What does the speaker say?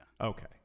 Okay